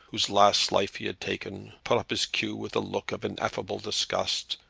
whose last life he had taken, put up his cue with a look of ineffable disgust,